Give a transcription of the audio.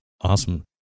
Awesome